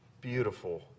beautiful